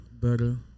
better